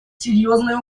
серьезной